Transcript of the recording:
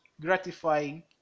gratifying